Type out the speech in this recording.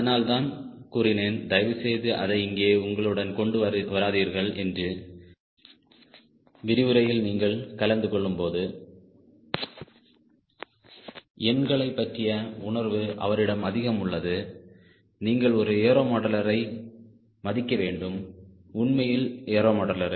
அதனால்தான் நான் கூறினேன் தயவு செய்து அதை இங்கே உங்களுடன் கொண்டு வராதீர்கள் என்று விரிவுரையில் நீங்கள் கலந்து கொள்ளும்போது எண்களைப் பற்றிய உணர்வு அவரிடம் அதிகம் உள்ளது நீங்கள் ஒரு ஏரோ மாடலரை மதிக்க வேண்டும் உண்மையில் ஏரோ மாடலரை